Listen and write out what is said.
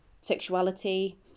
sexuality